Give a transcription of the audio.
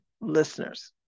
listeners